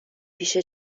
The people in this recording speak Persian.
پیش